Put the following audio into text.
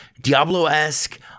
Diablo-esque